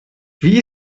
wie